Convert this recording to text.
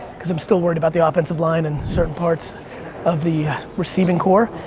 cause i'm still worried about the offensive line and certain parts of the receiving core.